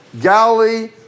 Galilee